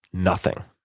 nothing.